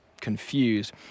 confused